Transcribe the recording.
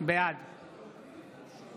בעד